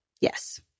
Yes